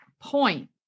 point